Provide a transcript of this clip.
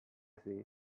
see